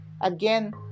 Again